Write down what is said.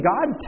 God